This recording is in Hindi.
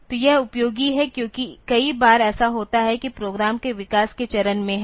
तो यह उपयोगी है क्योंकि कई बार ऐसा होता है कि प्रोग्राम के विकास के चरण में है